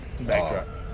backdrop